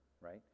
right